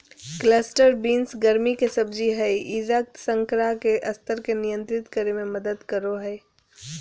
cluster beans गर्मि के सब्जी हइ ई रक्त शर्करा के स्तर के नियंत्रित करे में मदद करो हइ